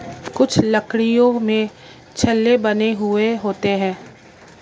कुछ लकड़ियों में छल्ले बने हुए होते हैं